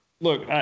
Look